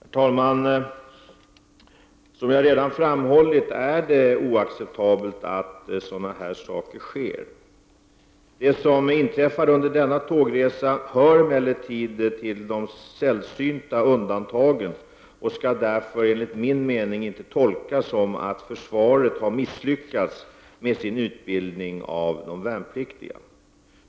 Herr talman! Som jag redan framhållit är det oacceptabelt att sådana här saker inträffar. Det som hände under denna tågresa hör emellertid till de sällsynta undantagen och skall därför enligt min mening inte tolkas så, att försvaret skulle ha misslyckats med sin utbildning av de värnpliktiga.